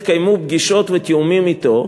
לכן התקיימו פגישות ותיאומים אתו.